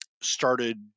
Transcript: started